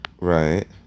Right